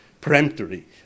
peremptory